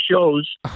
shows